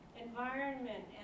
environment